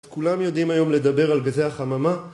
כולם יודעים היום לדבר על גזי החממה?